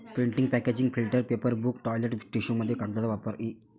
printing packaging filter paper book toilet टिश्यूमध्ये कागदाचा वापर इ